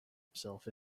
himself